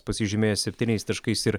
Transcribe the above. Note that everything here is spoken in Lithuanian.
pasižymėjo septyniais taškais ir